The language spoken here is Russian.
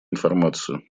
информацию